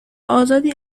آزادی